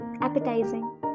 appetizing